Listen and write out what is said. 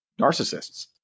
narcissists